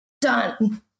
done